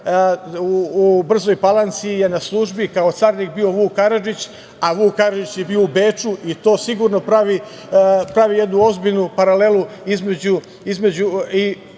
u Brzoj Palanci je na službi bio kao carinik Vuk Karadžić, a Vuk Karadžić je bio u Beču i to sigurno pravi jednu ozbiljnu paralelu.